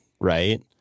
right